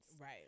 Right